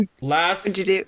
last